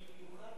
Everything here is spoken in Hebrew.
במיוחד